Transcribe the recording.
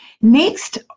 next